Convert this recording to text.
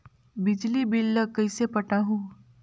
बिजली बिल ल कइसे पटाहूं?